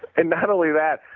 and not only that,